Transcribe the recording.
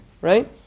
Right